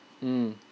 mm